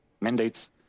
mandates